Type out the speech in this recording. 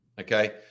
Okay